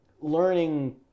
learning